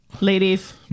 ladies